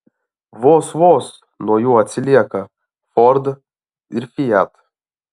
vos vos nuo jo atsilieka ford ir fiat